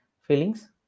feelings